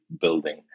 building